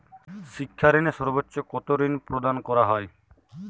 শিক্ষা ঋণে সর্বোচ্চ কতো ঋণ প্রদান করা হয়?